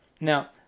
Now